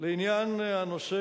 לנושא